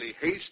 haste